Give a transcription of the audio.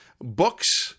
Books